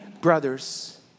brothers